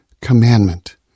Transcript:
commandment